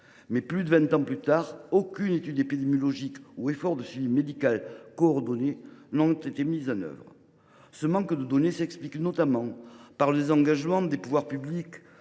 ». Plus de vingt ans plus tard, ni étude épidémiologique ni suivi médical coordonné n’ont été mis en œuvre. Ce manque de données s’explique notamment par le désengagement des pouvoirs publics,